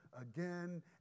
again